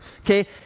Okay